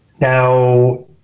Now